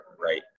right